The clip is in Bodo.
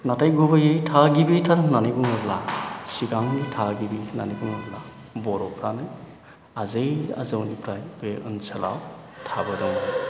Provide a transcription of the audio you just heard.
नाथाय गुबैयै थागिबिथार होननानै बुङोब्ला चिरांनि थागिबि होननानै बुङोब्ला बर'फ्रानो आजै आजौनिफ्राय बे ओनसोलाव थाबोदों